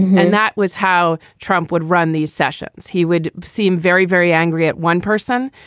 and that was how trump would run these sessions. he would seem very, very angry at one person.